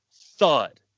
Thud